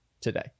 today